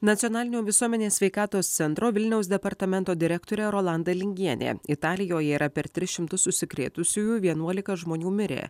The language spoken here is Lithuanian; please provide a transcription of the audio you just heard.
nacionalinio visuomenės sveikatos centro vilniaus departamento direktorė rolanda lingienė italijoje yra per tris šimtus užsikrėtusiųjų vienuolika žmonių mirė